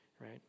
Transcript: right